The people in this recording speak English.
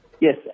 Yes